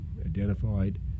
identified